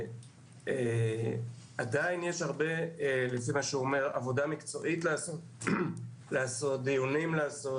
עדיין יש הרבה עבודה מקצועית לעשות כדי למצוא